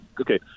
Okay